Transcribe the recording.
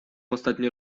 ostatnio